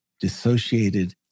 dissociated